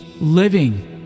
living